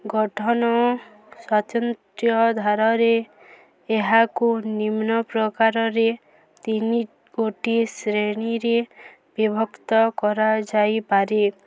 ଗଠନ ସ୍ୱତନ୍ତ୍ର ଧାରରେ ଏହାକୁ ନିମ୍ନ ପ୍ରକାରରେ ତିନି ଗୋଟି ଶ୍ରେଣୀରେ ବିଭକ୍ତ କରାଯାଇପାରେ